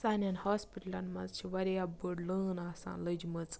سانٮ۪ن ہاسپِٹلَن منٛز چھِ واریاہ بٔڑ لٲن آسان لٔجمٕژ